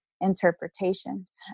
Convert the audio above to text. interpretations